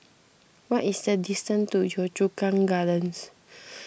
what is the distance to Yio Chu Kang Gardens